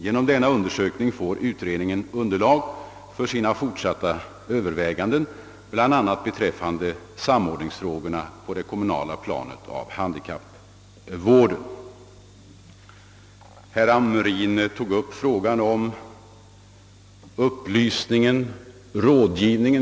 Genom denna undersökning får utredningen underlag för sina fortsatta överväganden, bl.a. beträffan de samordningsfrågorna inom handikappvården på det kommunala planet. Vidare nämnde herr Hamrin problemet om upplysning och rådgivning.